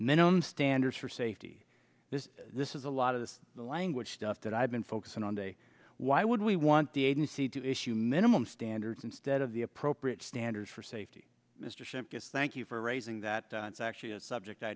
minimum standards for safety this is a lot of the language stuff that i've been focusing on day why would we want the agency to issue minimum standards instead of the appropriate standards for safety mr ship thank you for raising that it's actually a subject i